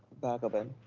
balgobin.